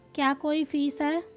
क्या कोई फीस है?